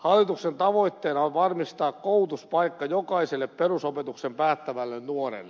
hallituksen tavoitteena on varmistaa koulutuspaikka jokaiselle perusopetuksen päättävälle nuorelle